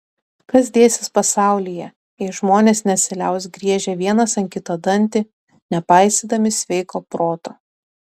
kas dėsis pasaulyje jei žmonės nesiliaus griežę vienas ant kito dantį nepaisydami sveiko proto